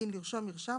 לרבות העתק מרשם,